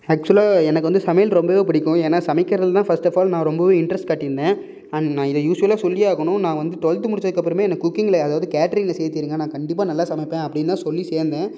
ஆக்சுவலாக எனக்கு வந்து சமையல் ரொம்பவே பிடிக்கும் ஏன்னால் சமைக்கிறதில் தான் ஃபஸ்ட் ஆஃப் பால் நான் ரொம்பவே இன்ட்ரெஸ்ட் காட்டிருந்தேன் அண்ட் நான் இதை யூஸ்ஸுவலாக சொல்லியே ஆகணும் நான் வந்து டுவெல்த்து முடித்ததுக்கு அப்புறமே எனக்கு குக்கிங்கில் அதாவது கேட்ரிங்கில் சேர்த்திடுங்க நான் கண்டிப்பாக நல்லா சமைப்பேன் அப்படின்னு தான் சொல்லி சேர்ந்தேன்